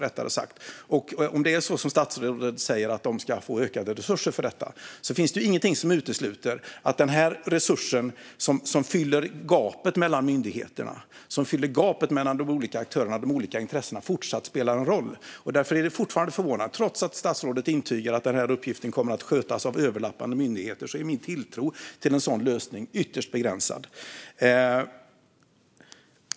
Om de ska få ökade resurser för detta, så som statsrådet säger, finns det inget som utesluter att den resurs som fyller gapet mellan myndigheterna, de olika aktörerna och de olika intressena även i fortsättningen får spela en roll. Trots att statsrådet intygar att uppgiften kommer att skötas av överlappande myndigheter är min tilltro till en sådan lösning ytterst begränsad.